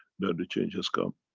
that the change has come,